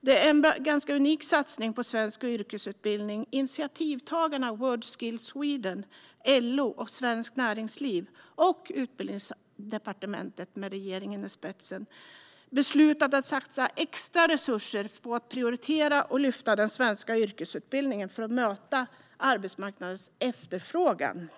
Det är en unik satsning på svensk yrkesutbildning. Initiativtagarna Worldskills Sweden, LO, Svenskt Näringsliv och Utbildningsdepartementet med regeringen i spetsen har beslutat att satsa extra resurser på att prioritera och lyfta den svenska yrkesutbildningen för att möta arbetsmarknadens efterfrågan.